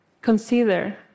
consider